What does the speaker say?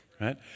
right